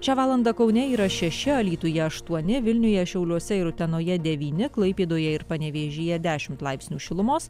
šią valandą kaune yra šeši alytuje aštuoni vilniuje šiauliuose ir utenoje devyni klaipėdoje ir panevėžyje dešimt laipsnių šilumos